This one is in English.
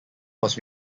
was